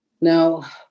Now